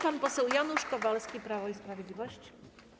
Pan poseł Janusz Kowalski, Prawo i Sprawiedliwość.